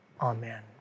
Amen